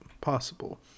possible